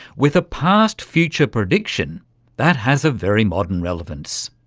with a past future prediction that has a very modern relevance.